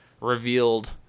revealed